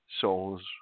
souls